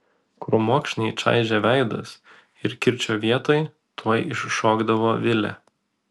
krūmokšniai čaižė veidus ir kirčio vietoj tuoj iššokdavo vilė